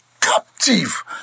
captive